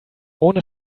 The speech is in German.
ohne